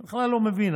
אתה בכלל לא מבין.